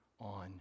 on